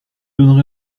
donnerai